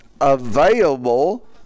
available